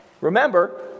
remember